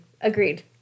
Agreed